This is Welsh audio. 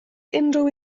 unrhyw